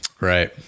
right